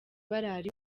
barara